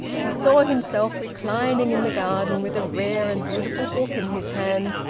he saw himself reclining in the garden with a rare and beautiful book in his hand,